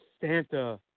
Santa